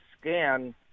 scan